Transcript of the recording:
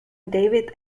david